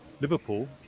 Liverpool